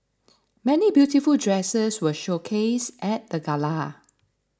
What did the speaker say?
many beautiful dresses were showcased at the gala